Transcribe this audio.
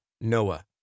Noah